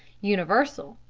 universal.